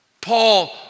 Paul